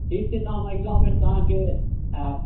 ठीक छै तऽ हम अगिला बेरसँ अहाँकेँ आयब